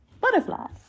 butterflies